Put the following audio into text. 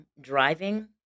driving